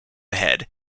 head